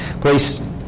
Please